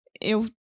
eu